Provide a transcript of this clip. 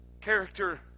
character